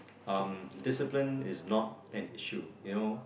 um discipline is not an issue you know